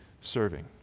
serving